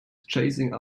chasing